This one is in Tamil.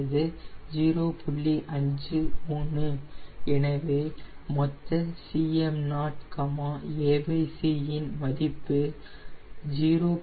53 எனவே மொத்த Cm0 ac இன் மதிப்பு 0